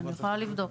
אני יכולה לבדוק.